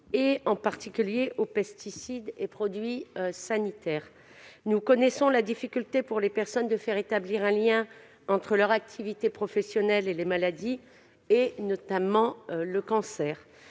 en particulier aux pesticides et aux produits phytosanitaires. Nous connaissons la difficulté, pour les personnes concernées, de faire établir un lien entre leur activité professionnelle et les maladies, notamment le cancer.